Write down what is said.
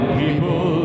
people